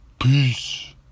Peace